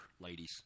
ladies